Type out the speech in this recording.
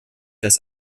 das